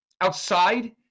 outside